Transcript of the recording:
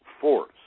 force